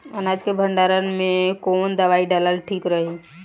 अनाज के भंडारन मैं कवन दवाई डालल ठीक रही?